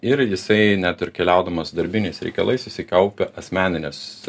ir jisai net ir keliaudamas darbiniais reikalais jisai kaupia asmeninės